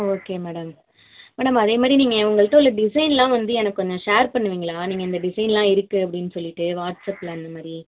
ஆ okay madam madam அதே மாதிரி நீங்கள் உங்கள்கிட்ட உள்ள டிசைன் எல்லாம் வந்து எனக்கு கொஞ்சம் ஷேர் பண்ணுவிங்களா நீங்கள் இந்த டிசைன் எல்லாம் இருக்கு அப்படின்னு சொல்லிவிட்டு வாட்ஸ் அப்பில் அந்த மாதிரி